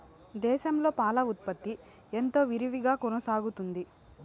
దేశంలో పాల ఉత్పత్తి ఎంతో విరివిగా కొనసాగుతోంది